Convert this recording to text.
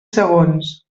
segons